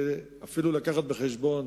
אפילו להביא בחשבון